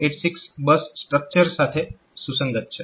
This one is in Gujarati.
તે આ 8086 બસ સ્ટ્રક્ચર સાથે સુસંગત છે